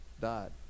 died